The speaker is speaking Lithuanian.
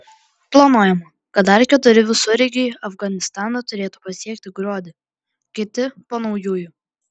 planuojama kad dar keturi visureigiai afganistaną turėtų pasiekti gruodį kiti po naujųjų